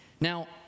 Now